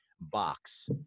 box